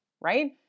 Right